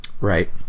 Right